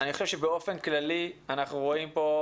אני חושב שבאופן כללי אנחנו רואים פה,